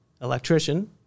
electrician